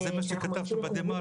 אבל זה מה שכתבתם בדה מרקר.